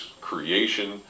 creation